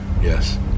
Yes